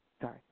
Sorry